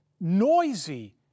noisy